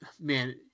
man